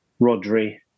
Rodri